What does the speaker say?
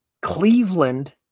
Cleveland